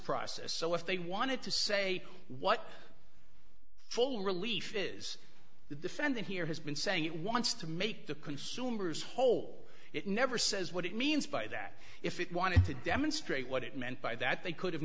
process so if they wanted to say what full relief is the defendant here has been saying it wants to make the consumers whole it never says what it means by that if it wanted to demonstrate what it meant by that they could